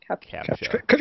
Capture